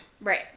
Right